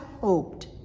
hoped